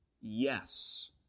yes